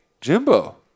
Jimbo